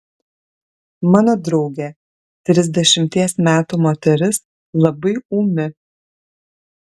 mano draugė trisdešimties metų moteris labai ūmi